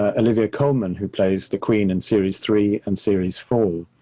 ah olivia coleman, who plays the queen in series three and series four